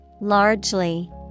Largely